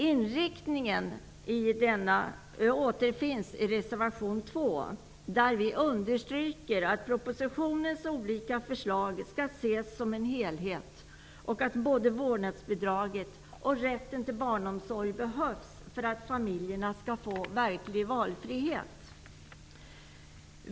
Inriktningen av denna återfinns i reservation 2, där vi understryker att propositionens olika förslag skall ses som en helhet och att både vårdnadsbidraget och rätten till barnomsorg behövs för att familjerna skall få en verklig valfrihet.